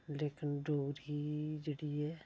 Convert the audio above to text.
लेकिन डोगरी जेह्ड़ी ऐ